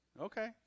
Okay